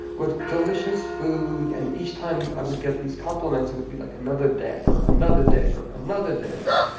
what delicious food. and each time i would get these compliments it would be like another dagger, another dagger, another dagger.